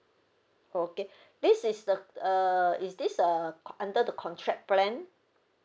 okay this is the uh is this uh under the contract plan